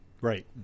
Right